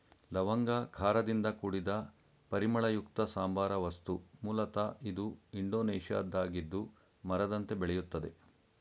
ಲವಂಗ ಖಾರದಿಂದ ಕೂಡಿದ ಪರಿಮಳಯುಕ್ತ ಸಾಂಬಾರ ವಸ್ತು ಮೂಲತ ಇದು ಇಂಡೋನೇಷ್ಯಾದ್ದಾಗಿದ್ದು ಮರದಂತೆ ಬೆಳೆಯುತ್ತದೆ